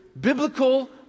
biblical